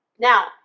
Now